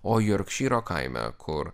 o jorkšyro kaime kur